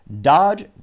Dodge